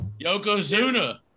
Yokozuna